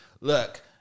look